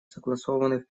согласованных